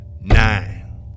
nine